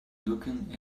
looking